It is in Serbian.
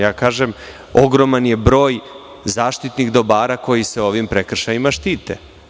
Ja kažem – ogroman je broj zaštitnih dobara koji se ovim prekršajima štite.